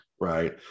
right